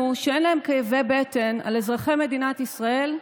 שאין להם כאבי בטן על אזרחי מדינת ישראל,